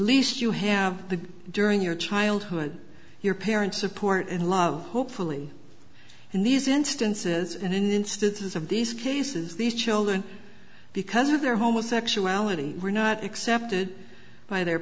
least you have the during your childhood your parents support and love hopefully in these instances and in instances of these cases these children because of their homosexuality were not accepted by their